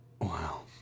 Wow